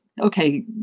okay